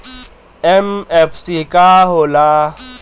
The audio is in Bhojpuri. एम.एफ.सी का होला?